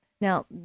now